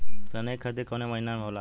सनई का खेती कवने महीना में होला?